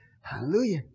Hallelujah